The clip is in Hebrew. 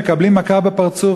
הם מקבלים מכה בפרצוף.